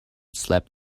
slept